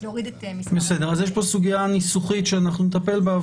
יש פה סוגיה ניסוחית שאנחנו נטפל בה,